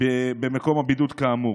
במקום לבידוד כאמור.